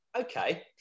Okay